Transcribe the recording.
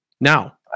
Now